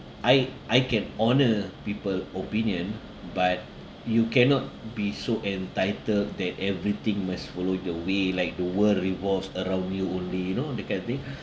I I can honour people opinion but you cannot be so entitled that everything must follow your way like the world revolves around you only you know that kind of thing